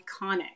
iconic